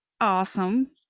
awesome